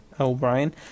O'Brien